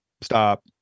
stop